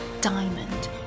diamond